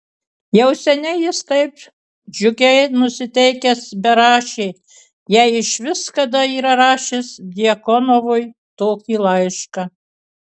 jau seniai jis taip džiugiai nusiteikęs berašė jei išvis kada yra rašęs djakonovui tokį laišką